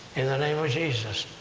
in the name of jesus.